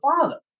Father